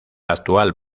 actual